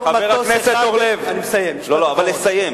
חבר הכנסת אורלב, לסיים.